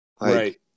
Right